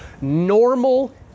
normal